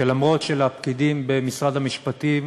שלמרות שהפקידים במשרד המשפטים